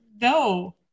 no